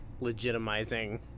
legitimizing